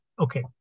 Okay